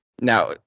now